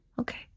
Okay